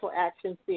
action